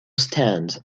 stand